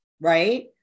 Right